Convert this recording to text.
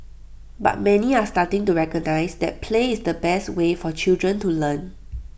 but many are starting to recognise that play is the best way for children to learn